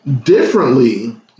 differently